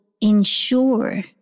ensure